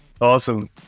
Awesome